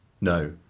No